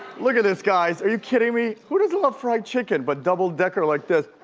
look at this guys! are you kidding me? who doesn't love fried chicken? but double decker like this.